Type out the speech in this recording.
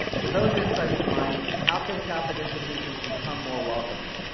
with those insights in mind, how can catholic institutions become more welcoming?